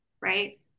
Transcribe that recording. right